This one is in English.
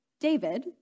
David